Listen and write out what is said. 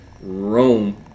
Rome